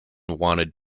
wanted